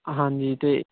ਹਾਂਜੀ ਅਤੇ